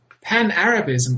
Pan-Arabism